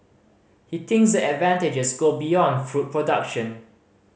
he thinks the advantages go beyond food production